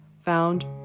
found